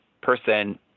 person